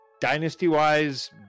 dynasty-wise